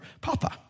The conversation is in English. papa